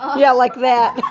yeah, like that.